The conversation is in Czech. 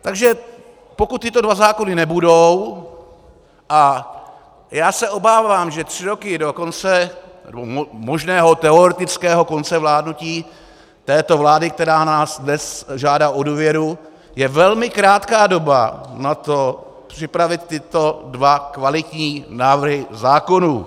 Takže pokud tyto dva zákony nebudou, a já se obávám, že tři roky do konce možného teoretického konce vládnutí této vlády, která nás dnes žádá o důvěru, je velmi krátká doba na to připravit tyto dva kvalitní návrhy zákonů.